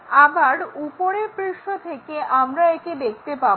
আবার উপরের পৃষ্ঠ থেকে আমরা একে দেখতে পাবো